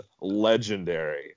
legendary